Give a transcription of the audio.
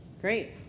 Great